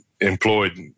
employed